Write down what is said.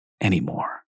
anymore